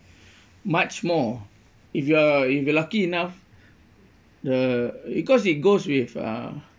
much more if you are if you are lucky enough the because it goes with uh